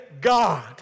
God